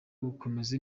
gukomeza